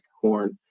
corn